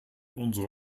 unsere